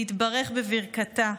להתברך בברכתה,